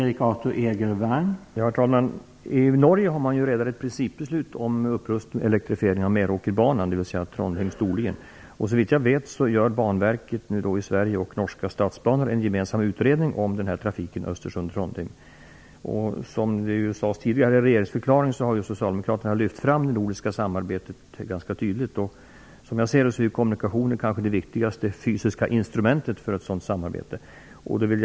Herr talman! I Norge har man redan fattat ett principbeslut om upprustning och elektrifiering av Meråkerbanan mellan Trondheim och Storlien. Såvitt jag vet gör Banverket och Norske Statsbaner en gemensam utredning om trafiken på sträckan Som det sades i regeringsförklaringen har Socialdemokraterna lyft fram det nordiska samarbetet ganska tydligt. Som jag ser det är kommunikation det viktigaste fysiska instrumentet för ett sådant samarbete.